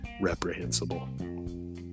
reprehensible